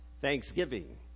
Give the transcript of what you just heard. Thanksgiving